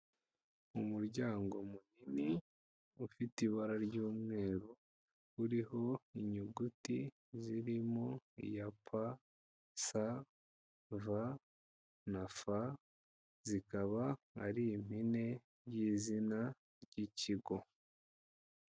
Umuryango munini ufite ibara ry'umweru, uriho inyuguti zirimo iya pa, sa, va na fa, zikaba ari impine y'izina ry'ikigo.